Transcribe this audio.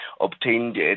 obtained